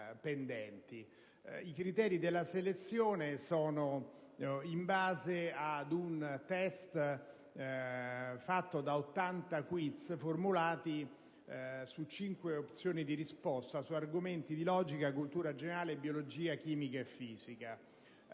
pendenti. I criteri della selezione sono basati su un test articolato in 80 quiz formulati su cinque opzioni di risposta su argomenti di logica, cultura generale, biologia, chimica e fisica.